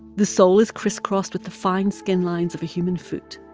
the sole is crisscrossed with the fine skin lines of human foot.